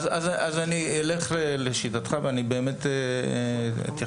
אז אני אלך לשיטתך ואני באמת אתייחס.